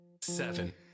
seven